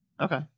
okay